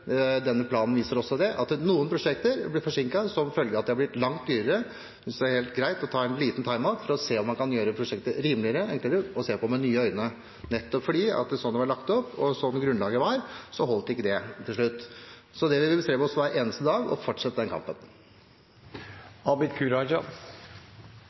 Denne planen viser også det. Noen prosjekter blir forsinket som følge av at de er blitt langt dyrere. Jeg synes det er helt greit å ta en liten time-out for å se om man kan gjøre prosjektet rimeligere og enklere, og se på det med nye øyne, nettopp fordi det, sånn som det var lagt opp, og sånn som grunnlaget var, ikke holdt til slutt. Så vi bestreber oss hver dag på å fortsette den